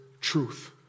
truth